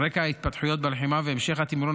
על רקע ההתפתחויות בלחימה והמשך התמרון